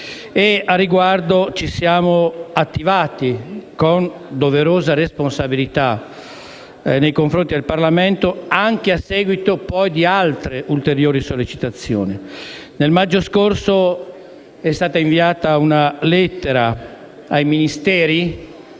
Al riguardo ci siamo attivati con doverosa responsabilità nei confronti del Parlamento anche a seguito di ulteriori sollecitazioni. Nel maggio scorso è stata inviata una lettera dal nostro